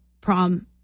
prom